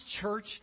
church